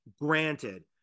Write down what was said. Granted